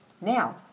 Now